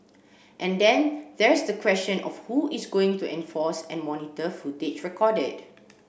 and then there's the question of who is going to enforce and monitor footage recorded